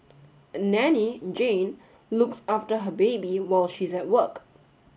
a nanny Jane looks after her baby while she's at work